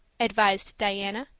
advised diana,